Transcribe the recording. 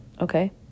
okay